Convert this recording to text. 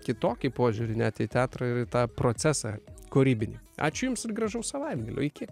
kitokį požiūrį net į teatrą ir į tą procesą kūrybinį ačiū jums ir gražaus savaitgalio iki